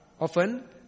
often